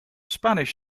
spanish